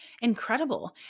incredible